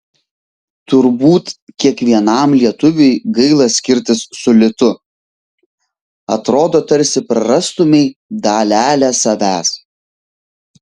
turbūt kiekvienam lietuviui gaila skirtis su litu atrodo tarsi prarastumei dalelę savęs